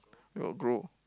where got grow